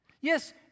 Yes